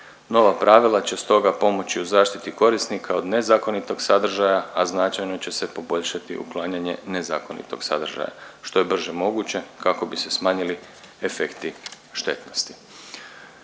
Nova pravila će stoga pomoći u zaštiti korisnika od nezakonitog sadržaja, a značajno će se poboljšati uklanjanje nezakonitog sadržaja što je brže moguće kako bi se smanjili efekti štetnosti.